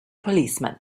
policeman